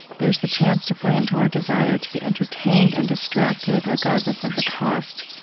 there's the chance to play into our desire to be entertained and distracted regardless of the cost.